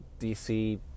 DC